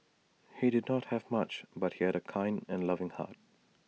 he did not have much but he had A kind and loving heart